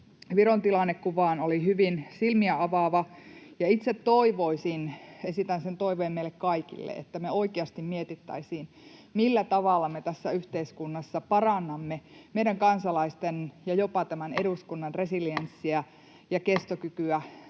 Viron tilannekuvaan olivat hyvin silmiä avaavia, ja itse toivoisin — esitän sen toiveen meille kaikille — että me oikeasti mietittäisiin, millä tavalla me tässä yhteiskunnassa parannamme meidän kansalaisten ja jopa tämän eduskunnan resilienssiä ja kestokykyä